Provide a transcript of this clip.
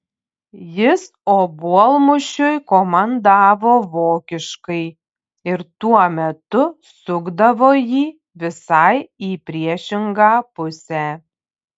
jis obuolmušiui komandavo vokiškai ir tuo metu sukdavo jį visai į priešingą pusę